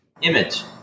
image